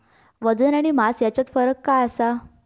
वजन आणि मास हेच्यात फरक काय आसा?